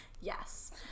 Yes